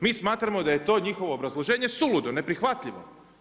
Mi smatramo da je to njihovo obrazloženje, suludo, neprihvatljivo.